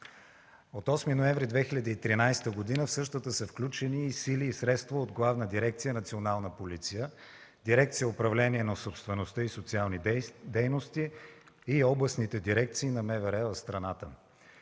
От 8 ноември 2013 г. в същата са включени сили и средства от Главна дирекция „Национална полиция”, дирекция „Управление на собствеността и социални дейности” и областните дирекции на МВР в страната.